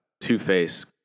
Two-Face